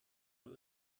nur